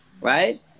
right